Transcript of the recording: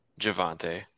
Javante